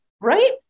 right